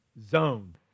zone